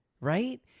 Right